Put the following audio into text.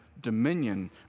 dominion